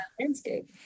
landscape